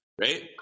right